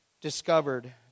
discovered